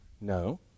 No